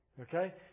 Okay